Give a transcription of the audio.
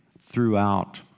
throughout